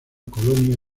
colonia